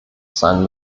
sein